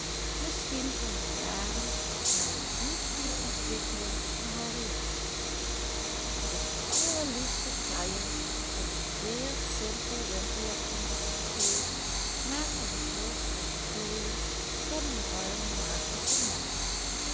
misschien van de jaren maar nog niet van de ontwikkeling van henriette een allerliefste taille in een zeer simpel winterjaponnetje gekleed maakte zich los uit de plooien van een bruinen lakenschen mantel